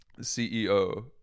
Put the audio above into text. CEO